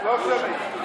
לא שמית.